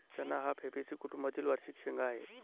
चणा हा फैबेसी कुटुंबातील वार्षिक शेंगा आहे